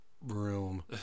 room